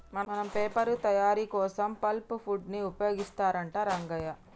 మన పేపర్ తయారీ కోసం పల్ప్ వుడ్ ని ఉపయోగిస్తారంట రంగయ్య